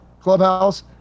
clubhouse